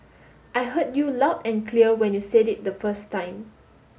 I heard you loud and clear when you said it the first time